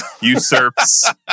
usurps